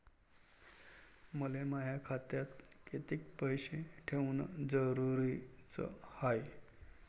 मले माया खात्यात कितीक पैसे ठेवण जरुरीच हाय?